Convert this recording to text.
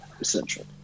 essential